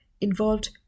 involved